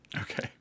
Okay